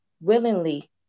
willingly